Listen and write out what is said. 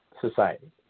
society